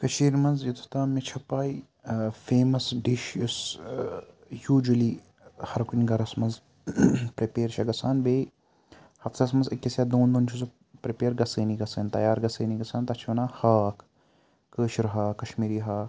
کٔشیٖر منٛز یوٚتَس تام مےٚ چھِ پاے فیٚمَس ڈِش یُس یوٗجولی ہَر کُنہِ گَرَس منٛز پرٮ۪پیر چھےٚ گَژھان بیٚیہِ ہَفتَس منٛز أکِس یا دۄن دۄن چھُ سُہ پرٮ۪پیر گژھٲنی گژھن تیار گژھٲنی گژھان تَتھ چھِ وَنان ہاک کٲشُر ہاک کَشمیٖری ہاک